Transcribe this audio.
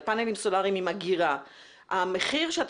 על פנלים סולריים עם אגירה והמחיר שאת